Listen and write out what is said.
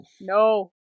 No